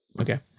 okay